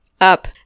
up